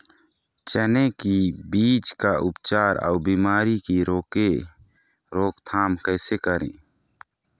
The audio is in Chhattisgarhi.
चने की बीज का उपचार अउ बीमारी की रोके रोकथाम कैसे करें?